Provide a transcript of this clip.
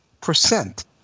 percent